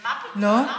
מה פתאום?